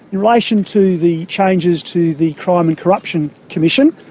in relation to the changes to the crime and corruption commission,